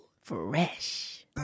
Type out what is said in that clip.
Fresh